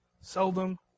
seldom